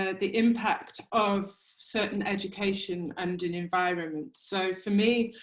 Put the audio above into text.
the impact of certain education and an environment. so for me,